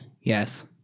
Yes